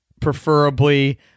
preferably